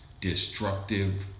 destructive